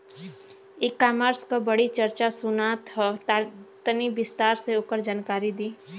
E commerce क बड़ी चर्चा सुनात ह तनि विस्तार से ओकर जानकारी दी?